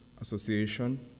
association